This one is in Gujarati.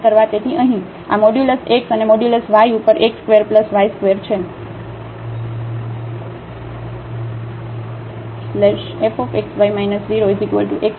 તેથી અહીં આ મોડ્યુલસx મોડ્યુલસ y ઉપરx² y ² છે